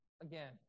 again